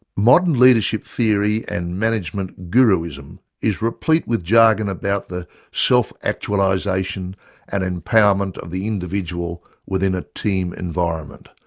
modern leadership theory and management guru-ism is replete with jargon about the self actualisation and empowerment of the individual within a team environment,